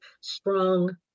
strong